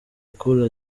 cool